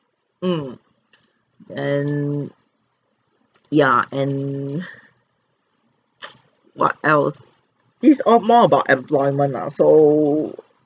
mm and ya and what else this all more about employment ah so